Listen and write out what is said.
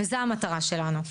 וזו המטרה שלנו.